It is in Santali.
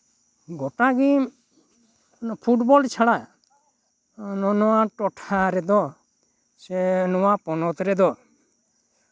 ᱜᱚᱴᱟᱜᱮ ᱯᱷᱩᱴᱵᱚᱞ ᱪᱷᱟᱲᱟ ᱱᱚᱣᱟ ᱴᱚᱴᱷᱟ ᱨᱮᱫᱚ ᱥᱮ ᱱᱚᱣᱟ ᱯᱚᱱᱚᱛ ᱨᱮᱫᱚ